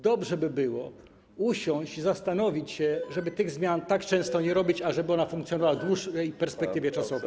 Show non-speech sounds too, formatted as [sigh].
Dobrze by było usiąść i zastanowić się, [noise] żeby tych zmian tak często nie robić, żeby ona funkcjonowała w dłuższej perspektywie czasowej.